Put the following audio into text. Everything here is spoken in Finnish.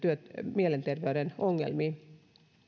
mielenterveyden ongelmiin